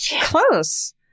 Close